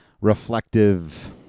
reflective